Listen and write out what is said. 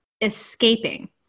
escaping